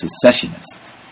secessionists